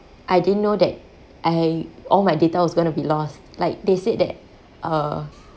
I didn't know that I all my data was going to be lost like they said that uh